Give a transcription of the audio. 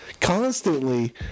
constantly